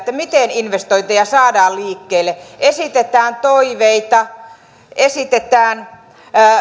miten investointeja saadaan liikkeelle esitetään toiveita esitetään